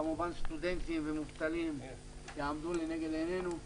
כמובן סטודנטים ומובטלים יעמדו לנגד עינינו.